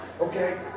Okay